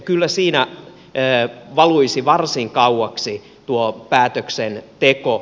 kyllä siinä valuisi varsin kauaksi tuo päätöksenteko